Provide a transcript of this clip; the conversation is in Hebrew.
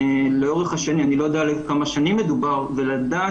לאורך השנים אני לא יודע על כמה שנים מדובר ולדעת